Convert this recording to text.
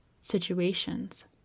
situations